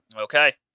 Okay